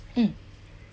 mm